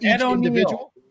individual